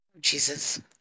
Jesus